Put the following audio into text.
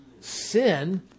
Sin